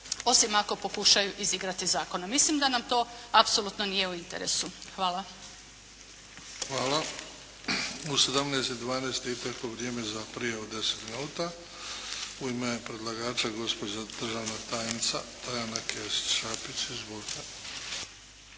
osim ako pokušaju izigrati zakone. Mislim da nam to apsolutno nije u interesu. Hvala. **Bebić, Luka (HDZ)** Hvala. U 17,12 je isteklo vrijeme za prijavu od 10 minuta. U ime predlagača gospođa državna tajnica Tajana Kesić Šapić.